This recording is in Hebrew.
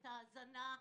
את ההזנה,